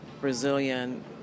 Brazilian